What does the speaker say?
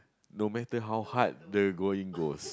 no matter how hard the going goes